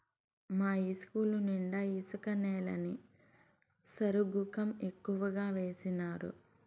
మా ఇస్కూలు నిండా ఇసుక నేలని సరుగుకం ఎక్కువగా వేసినారు